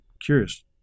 curious